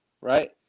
Right